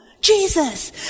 Jesus